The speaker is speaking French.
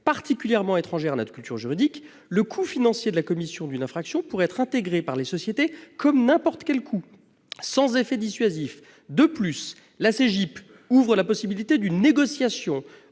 particulièrement étrangère à notre culture juridique, et que le coût financier de la commission d'une infraction pourrait être intégré par les sociétés comme n'importe quel coût, sans effet dissuasif. De plus, selon ce même syndicat, la CJIP ouvre la possibilité d'une négociation